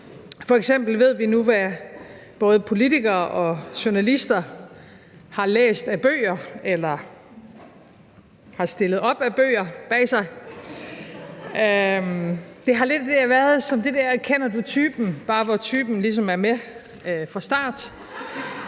F.eks. ved vi nu, hvad både politikere og journalister har læst af bøger, eller hvilke bøger de har stillet op bag sig. Det har været lidt som det der »Kender du typen?«, hvor typen ligesom bare er med fra starten.